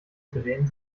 drehen